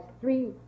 three